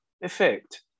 effect